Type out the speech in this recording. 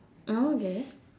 oh okay